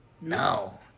No